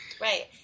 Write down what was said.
right